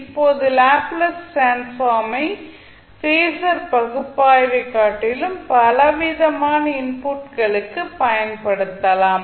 இப்போது Laplace transform ஐ phasor பகுப்பாய்வைக் காட்டிலும் பலவிதமான இன்புட்களுக்கு பயன்படுத்தலாம்